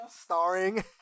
Starring